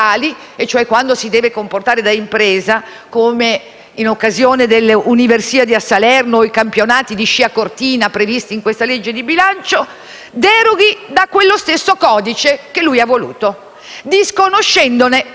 in occasione delle Universiadi a Salerno o dei campionati di sci a Cortina previsti in questa legge di bilancio, deroghi da quello stesso codice che lui ha voluto, disconoscendone la sbandierata funzionalità. Come dire: